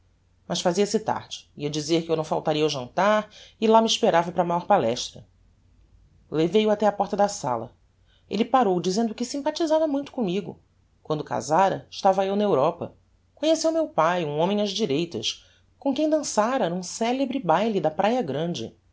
mas fazia-se tarde ia dizer que eu não faltaria ao jantar e lá me esperava para maior palestra levei o até á porta da sala elle parou dizendo que sympathisava muito commigo quando casára estava eu na europa conheceu meu pae um homem ás direitas com quem dansára n'um celebre baile da praia grande